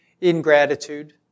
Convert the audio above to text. ingratitude